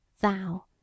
Thou